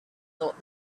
thought